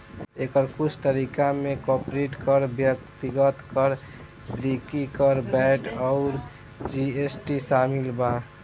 एकर कुछ तरीका में कॉर्पोरेट कर, व्यक्तिगत कर, बिक्री कर, वैट अउर जी.एस.टी शामिल बा